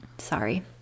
sorry